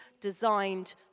designed